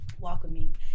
welcoming